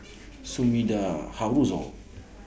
Sumida Haruzo